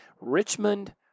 Richmond